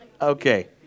Okay